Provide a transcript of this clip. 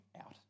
out